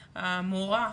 המורה,